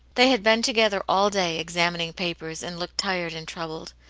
they had been together all day, examining papers, and looked tired and troubled.